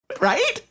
Right